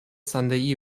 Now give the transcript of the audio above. sunday